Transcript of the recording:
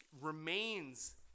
remains